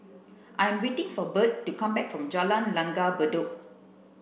I am waiting for Bert to come back from Jalan Langgar Bedok